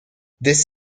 this